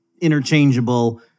interchangeable